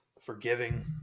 forgiving